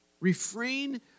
Refrain